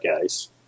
guys